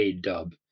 dub